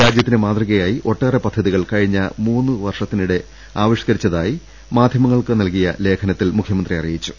രാജ്യത്തിന് മാതൃകയായി ഒട്ടേറെ പദ്ധതികൾ കഴിഞ്ഞ മൂന്നു വർഷത്തിനിടെ ആവിഷ്കരിച്ചതായി മാധ്യമങ്ങൾക്ക് നൽകിയ ലേഖനത്തിൽ മുഖ്യമന്ത്രി അറിയിച്ചു